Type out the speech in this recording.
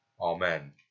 Amen